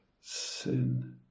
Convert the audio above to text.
Sin